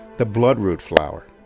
the bloodroot flower.